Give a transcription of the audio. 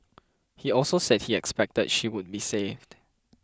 he also said he expected she would be saved